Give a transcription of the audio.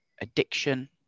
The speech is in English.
addiction